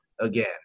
again